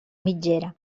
mitgera